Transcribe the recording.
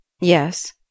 Yes